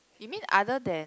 you mean other than